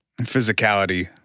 physicality